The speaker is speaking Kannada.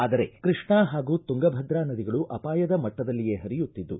ಆದರೆ ಕೃಷ್ಣಾ ಹಾಗೂ ತುಂಗಭದ್ರಾ ನದಿಗಳು ಅಪಾಯದ ಮಟ್ಟದಲ್ಲಿಯೇ ಪರಿಯುತ್ತಿದ್ದು